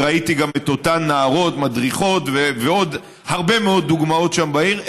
וראיתי גם את אותן נערות מדריכות ועוד הרבה מאוד דוגמאות שם בעיר,